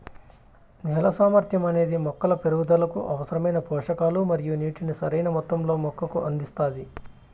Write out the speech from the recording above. నేల సామర్థ్యం అనేది మొక్కల పెరుగుదలకు అవసరమైన పోషకాలు మరియు నీటిని సరైణ మొత్తంలో మొక్కకు అందిస్తాది